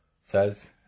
says